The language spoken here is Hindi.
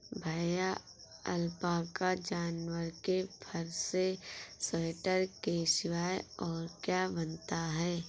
भैया अलपाका जानवर के फर से स्वेटर के सिवाय और क्या बनता है?